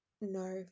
no